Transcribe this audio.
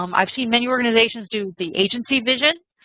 um i've seen many organizations do the agency vision.